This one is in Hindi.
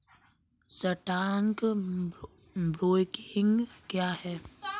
स्टॉक ब्रोकिंग क्या है?